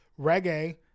reggae